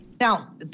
Now